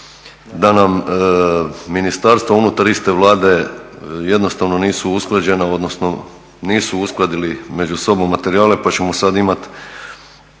da nam ministarstvo unutar iste Vlade jednostavno nisu usklađena odnosno nisu uskladili među sobom materijale, pa ćemo sad imati